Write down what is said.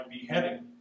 beheading